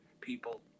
people